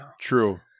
True